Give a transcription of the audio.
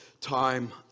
time